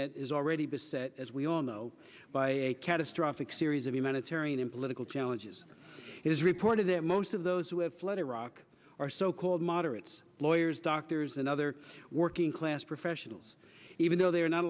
that is already beset as we all know by a catastrophic series of humanitarian and political challenges it is reported that most of those who have fled iraq are so called moderates lawyers doctors and other working class professionals even though they are not